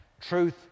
truth